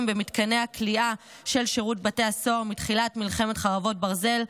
במתקני הכליאה של שירות בתי הסוהר מתחילת מלחמת חרבות ברזל,